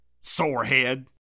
Sorehead